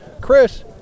Chris